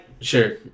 Sure